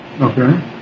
Okay